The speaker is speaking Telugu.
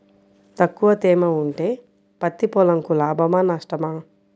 తక్కువ తేమ ఉంటే పత్తి పొలంకు లాభమా? నష్టమా?